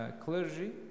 clergy